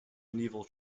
medieval